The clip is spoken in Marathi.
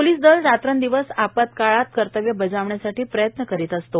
पोलीस दल रात्रंदिवस आपात्काळात कर्तव्य बजावण्यासाठी प्रयत्न करीत असतो